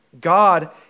God